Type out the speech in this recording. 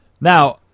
Now –